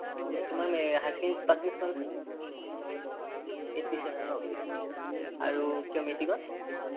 অঁ তোমাৰ হাই ছেকেণ্ডাৰীত পাৰ্চেন্টেজ কিমান আছিল এইটটী চেভেন ন আৰু কিবা মেট্ৰিকত